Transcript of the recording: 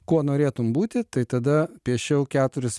kuo norėtum būti tai tada piešiau keturis